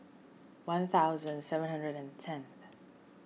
one thousand seven hundred and tenth